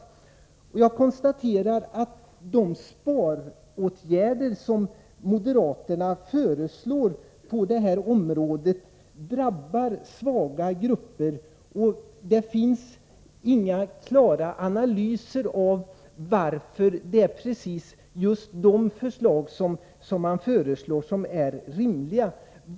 113 Jag konstaterar att de sparåtgärder som moderaterna föreslår på detta område drabbar svaga grupper. Det finns inga klara analyser av varför just de förslag som läggs fram är de rimliga.